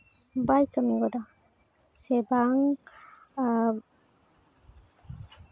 ᱵᱟᱭ ᱠᱟᱹᱢᱤ ᱜᱚᱫᱟ ᱥᱮ ᱵᱟᱝ